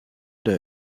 der